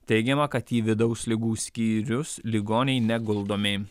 teigiama kad į vidaus ligų skyrius ligoniai neguldomi